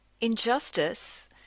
Injustice